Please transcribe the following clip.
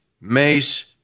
Mace